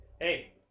hey